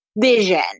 vision